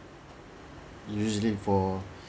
usually for